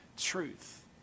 truth